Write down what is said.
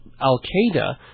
Al-Qaeda